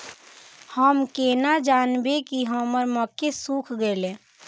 हम केना जानबे की हमर मक्के सुख गले?